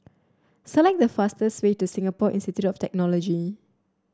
select the fastest way to Singapore Institute of Technology